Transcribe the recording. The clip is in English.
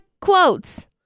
quotes